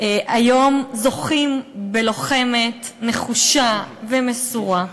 זוכים היום בלוחמת נחושה ומסורה.